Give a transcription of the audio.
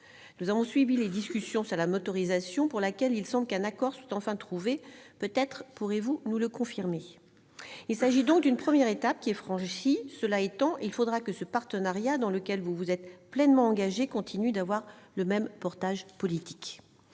Nous avons suivi les discussions sur la motorisation pour laquelle il semble qu'un accord soit enfin trouvé, ce que vous pourrez peut-être nous confirmer. Une première étape est donc franchie. Cela étant, il faudra que ce partenariat, dans lequel vous vous êtes pleinement engagée, continue d'avoir le même soutien politique.